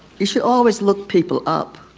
you should always look people up.